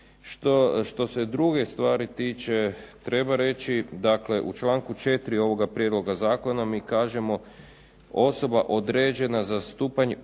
Što se druge stvari tiče treba reći, dakle u članku 4. ovoga prijedloga zakona mi kažemo osoba određena za stupanj